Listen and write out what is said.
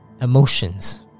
emotions